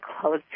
close